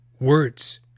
words